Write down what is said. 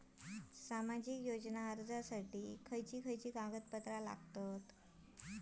सामाजिक योजना अर्जासाठी खयचे खयचे कागदपत्रा लागतली?